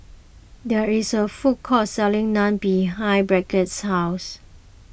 there is a food court selling Naan behind Brigitte's house